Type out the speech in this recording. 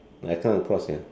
I come across ya